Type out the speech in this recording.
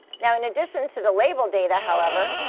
now, in addition to the label data, however,